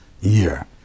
year